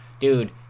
dude